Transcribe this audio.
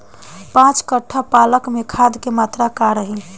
पाँच कट्ठा पालक में खाद के मात्रा का रही?